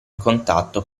contatto